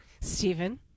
Stephen